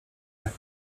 jak